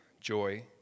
joy